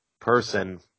person